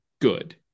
good